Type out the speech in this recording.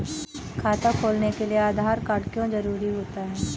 खाता खोलने के लिए आधार कार्ड क्यो जरूरी होता है?